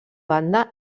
banda